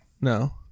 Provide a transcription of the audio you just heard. No